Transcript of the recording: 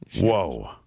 Whoa